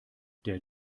der